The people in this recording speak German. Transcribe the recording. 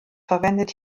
verwendet